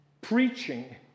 preaching